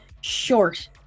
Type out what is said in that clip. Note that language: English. Short